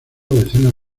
decenas